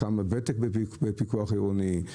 כמה ותק בפיקוח עירוני?